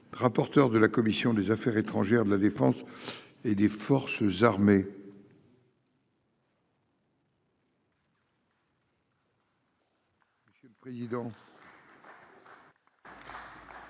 rapporteur de la commission des Affaires étrangères de la Défense et des forces armées. Monsieur le président.